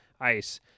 ice